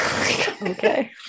Okay